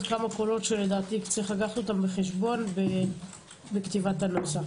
קולות שיש לקחתם בחשבון בכתיבת הנוסח.